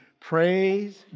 praise